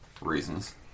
reasons